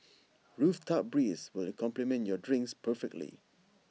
rooftop breeze will complement your drinks perfectly